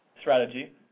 strategy